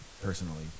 Personally